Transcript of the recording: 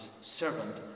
servant